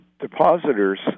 depositors